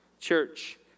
Church